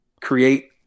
create